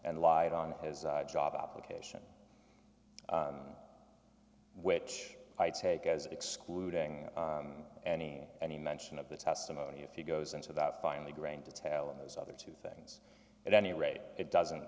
and lied on his job application which i take as excluding any any mention of the testimony if he goes into that finally grain detail in those other two things at any rate it doesn't